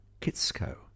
Kitsko